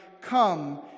come